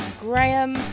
Graham